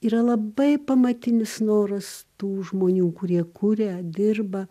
yra labai pamatinis noras tų žmonių kurie kuria dirba